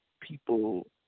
people